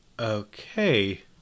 Okay